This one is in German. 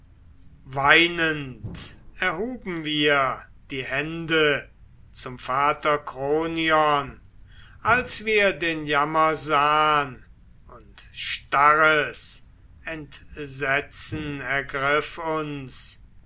weinend erhuben wir die hände zum vater kronion als wir den jammer sahn und starres entsetzen ergriff uns